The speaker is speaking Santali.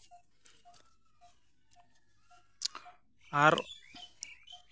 ᱟᱨ